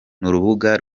n’urubuga